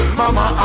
mama